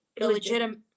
illegitimate